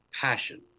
passion